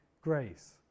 grace